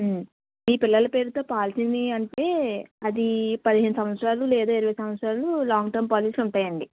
మీ పిల్లల పేరుతో పాలసీని అంటే అది పదిహేను సంవత్సరాలు లేదా ఇరవై సంవత్సరాలు లాంగ్ టర్మ్ పాలసీ ఉంటాయండి